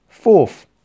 Fourth